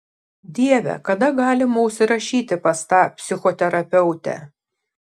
dieve kada galima užsirašyti pas tą psichoterapeutę